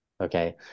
okay